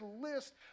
list